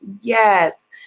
yes